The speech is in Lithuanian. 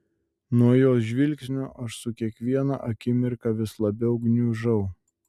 nuo jos žvilgsnio aš su kiekviena akimirka vis labiau gniužau